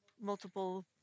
multiple